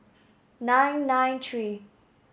nine nine three